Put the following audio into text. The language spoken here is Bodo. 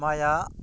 माइआ